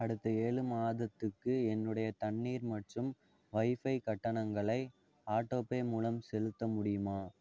அடுத்த ஏழு மாதத்துக்கு என்னுடைய தண்ணீர் மற்றும் வைஃபை கட்டணங்களை ஆட்டோபே மூலம் செலுத்த முடியுமா